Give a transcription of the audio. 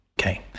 Okay